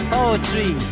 Poetry